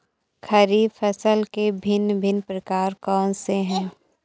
खरीब फसल के भिन भिन प्रकार कौन से हैं?